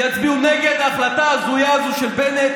יצביעו נגד ההחלטה ההזויה הזאת של בנט.